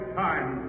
time